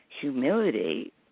humility